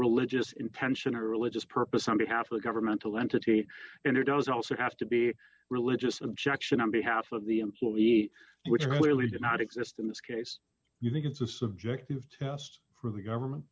religious intention or religious purpose on behalf of the governmental entity and it does also have to be religious objection on behalf of the employee which are clearly did not exist in this case you think it's a subjective test for the government